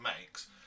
makes